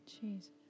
Jesus